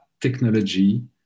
technology